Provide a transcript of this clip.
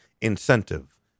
incentive